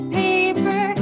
paper